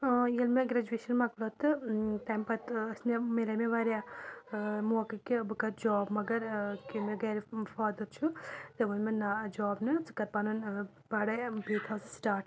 ٲں ییٚلہِ مےٚ گرٛیجویشَن مۄکلوٗو تہٕ تَمہِ پَتہٕ ٲسۍ مےٚ میلے مےٚ واریاہ ٲں موقعہٕ کہِ بہٕ کَرٕ جاب مگر ٲں یِم مےٚ گَھرِ فادَر چھِ تٔمۍ ووٚن مےٚ نہ جاب نہٕ ژٕ کَر پَنُن ٲں پَڑھٲے یہِ تھاو ژٕ سٕٹارٹ